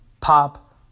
pop